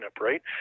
right